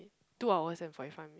two hours and forty five minute